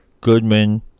Goodman